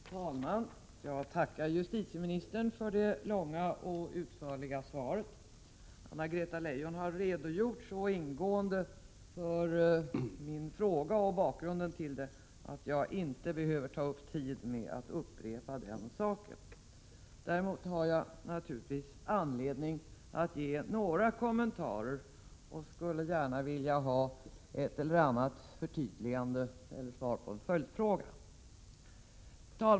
Herr talman! Jag tackar justitieministern för det långa och utförliga svaret. Anna-Greta Leijon har redogjort så ingående för den aktuella frågan och för bakgrunden att jag inte behöver ta upp tid med att upprepa den saken. Däremot har jag anledning att göra några kommentarer, och jag skulle gärna vilja ha ett eller annat förtydligande och svar på följdfrågor.